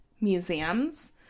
museums